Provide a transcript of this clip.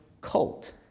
cult